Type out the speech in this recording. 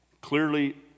Clearly